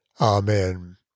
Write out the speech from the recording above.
Amen